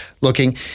looking